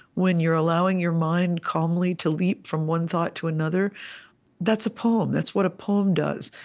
when you're allowing your mind calmly to leap from one thought to another that's a poem. that's what a poem does.